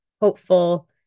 hopeful